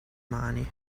mani